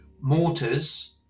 mortars